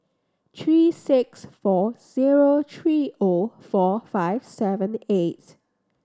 three six four zero three O four five seven eight